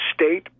state